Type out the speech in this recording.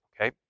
Okay